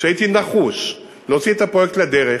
כשהייתי נחוש להוציא את הפרויקט לדרך,